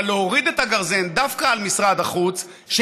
אבל להוריד את הגרזן דווקא על משרד החוץ של